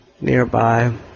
nearby